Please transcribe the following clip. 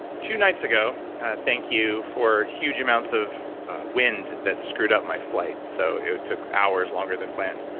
two nights ago thank you for huge amounts of wind that screwed up my flight, so it took hours longer than planned.